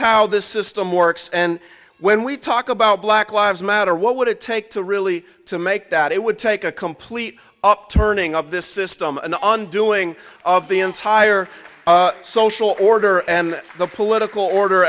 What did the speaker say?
how the system works and when we talk about black lives matter what would it take to really to make that it would take a complete upturning of this system and undoing of the entire social order and the political order